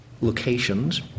locations